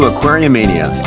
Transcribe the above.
Aquariumania